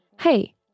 Hey